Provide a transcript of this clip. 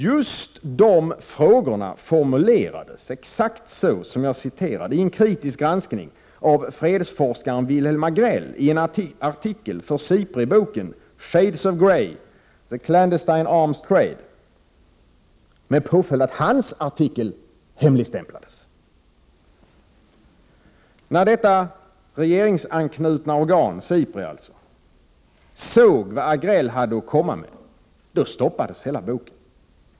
Just de båda frågorna formulerades i en kritisk granskning av fredsforskaren Wilhelm Agrell i en artikel för SIPRI-boken Shades of Grey — the Clandestine Arms Trade, med påföljd att hans artikel hemligstämplades! När detta regeringsanknutna organ, Sipri alltså, såg vad Agrell hade att komma med stoppades hela boken.